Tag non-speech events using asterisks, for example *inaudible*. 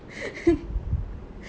*laughs*